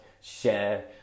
share